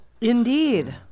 Indeed